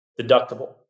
deductible